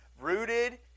rooted